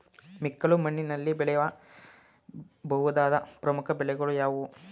ಮೆಕ್ಕಲು ಮಣ್ಣಿನಲ್ಲಿ ಬೆಳೆಯ ಬಹುದಾದ ಪ್ರಮುಖ ಬೆಳೆಗಳು ಯಾವುವು?